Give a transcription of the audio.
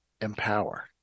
empower